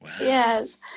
Yes